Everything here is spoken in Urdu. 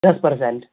this percent